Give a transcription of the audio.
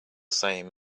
same